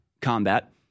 combat